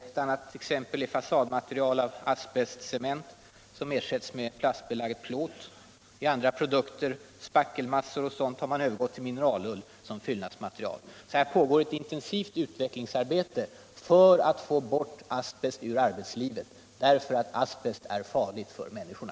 Ett annat exempel är fasadmaterial av asbestcement, som ersatts med plastbelagd plåt. I andra produkter, spackelmassor och sådant, har man övergått till mineralull som fyllnadsmaterial. Det pågår alltså ett intensivt utvecklingsarbete för att få bort asbest ur arbetslivet, därför att asbest är farlig för människorna.